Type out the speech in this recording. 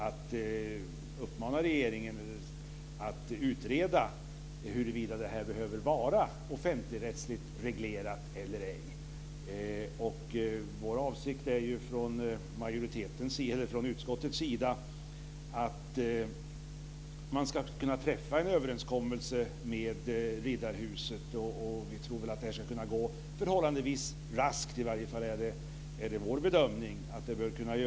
Regeringen uppmanas nu att utreda huruvida det här behöver vara offentligrättsligt reglerat eller ej. Avsikten från utskottets sida är den att man ska kunna träffa en överenskommelse med Riddarhuset, och vi tror väl att det ska kunna gå förhållandevis raskt. Det är i varje fall vår bedömning att så bör kunna ske.